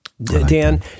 Dan